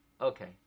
Okay